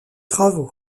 travaux